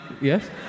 Yes